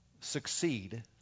succeed